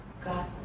God